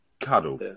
Cuddle